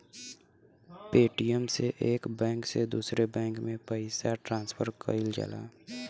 Paytm से एक bank से दूसरे बैंक में पइसा ट्रांसफर किहल जाला